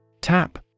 Tap